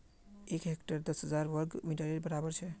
एक हेक्टर दस हजार वर्ग मिटरेर बड़ाबर छे